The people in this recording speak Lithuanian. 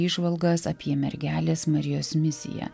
įžvalgas apie mergelės marijos misiją